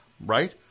Right